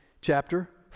chapter